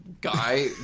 guy